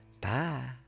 bye